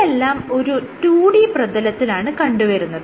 ഇതെല്ലം ഒരു 2D പ്രതലത്തിലാണ് കണ്ടുവരുന്നത്